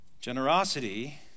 Generosity